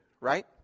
right